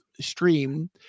stream